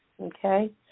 okay